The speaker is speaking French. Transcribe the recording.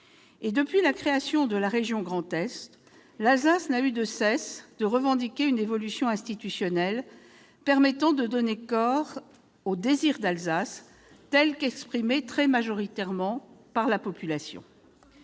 et depuis la création de la région Grand Est, l'Alsace n'a eu de cesse de revendiquer une évolution institutionnelle permettant de donner corps au « désir d'Alsace », tel qu'exprimé très majoritairement par la population.